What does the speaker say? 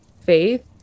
faith